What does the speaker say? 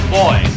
boy